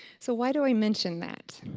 so why do i mention that?